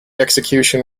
execution